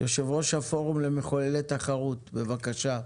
יושב-ראש הפורום למחוללי תחרות, בבקשה.